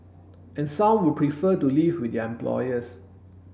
and some would prefer to live with their employers